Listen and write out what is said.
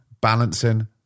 balancing